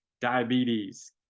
diabetes